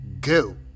Go